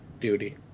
duty